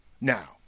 Now